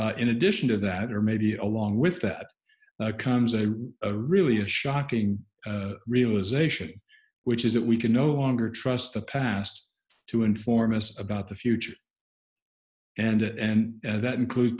in addition to that or maybe along with that comes a really a shocking realization which is that we can no longer trust the past to inform us about the future and and that includes